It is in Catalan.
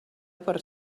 per